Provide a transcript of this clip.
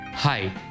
Hi